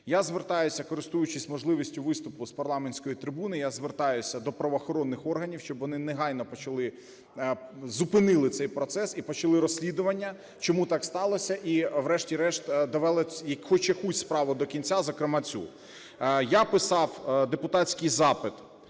Я звертаюся, користуючись важливістю виступу, з парламентської трибуни, я звертаюся до правоохоронних органів, щоб вони негайно почали… зупинили цей процес і почали розслідування, чому так сталося, і врешті-решт довели хоч якусь справу до кінця, зокрема цю. Я писав депутатський запит,